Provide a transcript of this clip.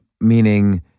Meaning